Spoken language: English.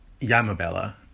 yamabella